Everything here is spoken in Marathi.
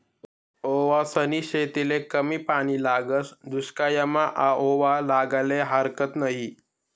ओवासनी शेतीले कमी पानी लागस, दुश्कायमा आओवा लावाले हारकत नयी